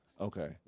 Okay